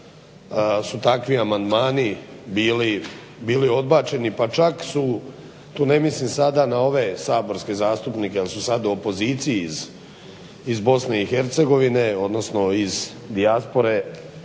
su takvi amandmani bili odbačeni. Pa čak su, tu ne mislim sada na ove saborske zastupnike jel su sada u opoziciji iz Bosne i Hercegovine, odnosno iz dijaspore